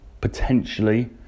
potentially